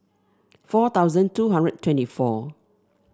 four thousand two hundred twenty four